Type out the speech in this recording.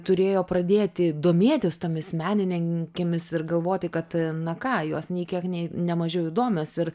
turėjo pradėti domėtis tomis menininkėmis ir galvoti kad na ką jos nei kiek nei nemažiau įdomios ir